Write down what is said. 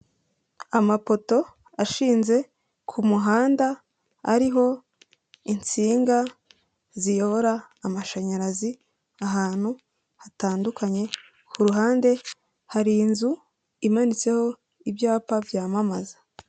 Amapoto ashinze ku muhanda ariho insinga ziyobora amashanyarazi ahantu hatandukanye, ku ruhande hari inzu imanitseho ibyapa byamamaza.